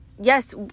Yes